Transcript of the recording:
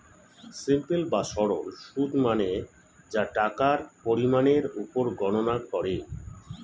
simple বা সরল সুদ মানে যা টাকার পরিমাণের উপর গণনা করে